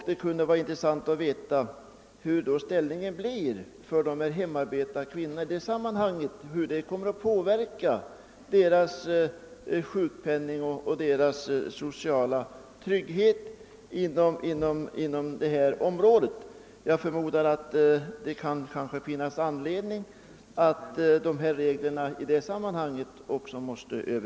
Det kunde vara intressant att få veta, hurudan ställningen då blir för de hemmaarbetande kvinnorna och hur deras sjukpenning och sociala trygghet inom detta område påverkas. Jag förmodar att det finns anledning att också mot den bakgrunden överse reglerna för sjukpenningförsäkringen och ATP.